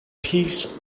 peace